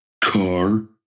car